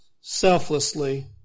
selflessly